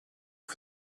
for